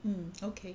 mm okay